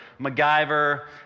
MacGyver